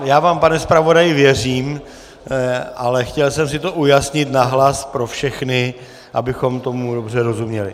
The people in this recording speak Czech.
Já vám, pane zpravodaji, věřím, ale chtěl jsem si to ujasnit nahlas pro všechny, abychom tomu dobře rozuměli.